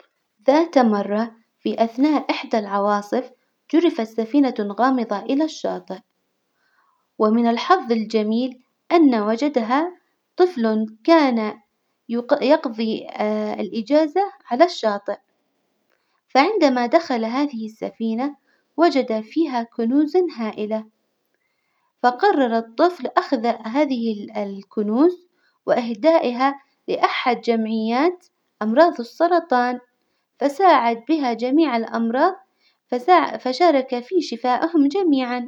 ذات مرة في أثناء إحدى العواصف جرفت سفينة غامضة إلى الشاطئ، ومن الحظ الجميل أن وجدها طفل كان يق- يقضي الإجازة على الشاطئ، فعندما دخل هذه السفينة وجد فيها كنوزا هائلة، فقرر الطفل أخذ هذه ال- الكنوز وإهدائها لأحد جمعيات أمراض السرطان، فساعد بها جميع الأمراض، فشارك في شفاءهم جميعا.